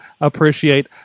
appreciate